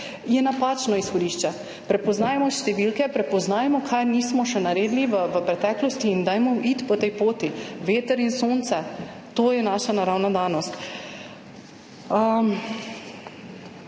je napačno izhodišče. Prepoznajmo številke, prepoznajmo, kaj še nismo naredili v preteklosti in dajmo iti po tej poti. Veter in sonce, to sta naši naravni danosti.